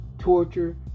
torture